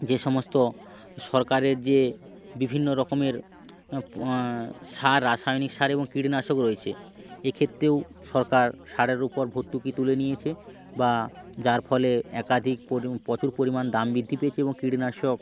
যে সমস্ত সরকারের যে বিভিন্ন রকমের সার রাসায়নিক সার এবং কীটনাশক রয়েছে এক্ষেত্রেও সরকার সারের উপর ভর্তুকি তুলে নিয়েছে বা যার ফলে একাধিক পরি প্রচুর পরিমাণ দাম বৃদ্ধি পেয়েছে এবং কীটনাশক